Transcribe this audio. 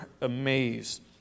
amazed